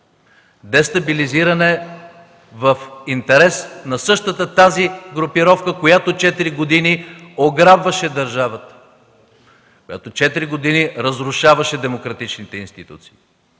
дестабилизиране в интерес на същата тази групировка, която четири години ограбваше държавата, четири години разрушаваше демократичните институции,